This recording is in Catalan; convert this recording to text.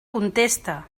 contesta